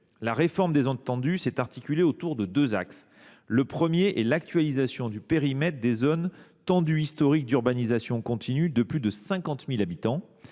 La réforme des zones tendues s’est articulée autour de deux axes. Le premier est l’actualisation du périmètre des zones tendues historiques d’urbanisation continue de plus de 50 000 habitants,